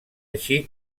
així